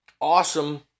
awesome